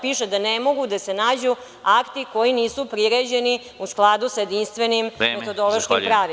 Piše da ne mogu da se nađu akti koji nisu priređeni u skladu sa jedinstvenim metodološkom pravilima.